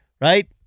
Right